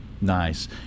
Nice